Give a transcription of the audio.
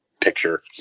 picture